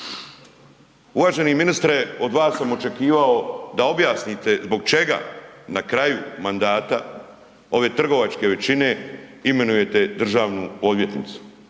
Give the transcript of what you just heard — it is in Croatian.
Uvaženi ministre od vas sam očekivao da objasnite zbog čega na kraju mandata ove trgovačke većine imenujete državnu odvjetnicu,